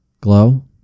Glow